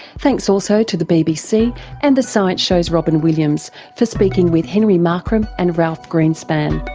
thanks also to the bbc and the science show's robyn williams for speaking with henry markram and ralph greenspan.